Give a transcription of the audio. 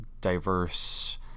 diverse